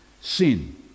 Sin